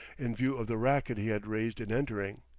in view of the racket he had raised in entering,